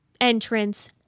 entrance